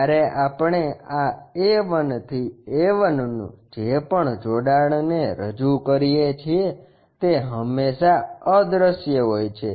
જ્યારે આપણે આ A 1 થી A 1 નું જે પણ જોડાણને રજૂ કરીએ છીએ તે હંમેશા અદ્રશ્ય હોય છે